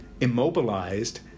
immobilized